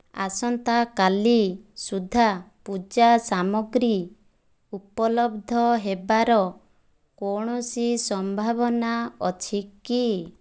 ଆସନ୍ତା କାଲି ସୁଦ୍ଧା ପୂଜା ସାମଗ୍ରୀ ଉପଲବ୍ଧ ହେବାର କୌଣସି ସମ୍ଭାବନା ଅଛି କି